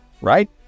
right